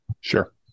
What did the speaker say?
Sure